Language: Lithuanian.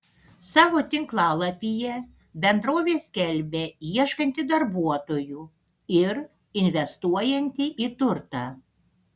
savo tinklalapyje bendrovė skelbia ieškanti darbuotojų ir investuojanti į turtą